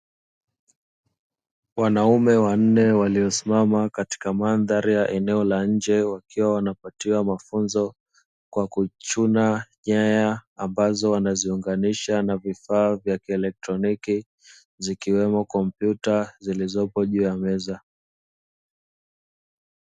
Wanaume wanne waliosimama katika mandhari ya eneo la nje wakiwa wanapatiwa mafunzo. Kwa kuchuna nyaya ambazo wanaziunganisha na vifaa vya elektroniki zikiwemo kompyuta zilizopo juu ya meza.